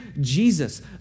Jesus